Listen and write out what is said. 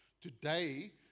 today